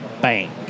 Bang